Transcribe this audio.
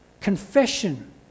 confession